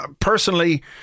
Personally